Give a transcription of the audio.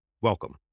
welcome